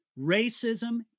Racism